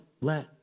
let